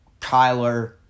Kyler